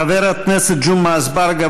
חבר הכנסת ג'מעה אזברגה,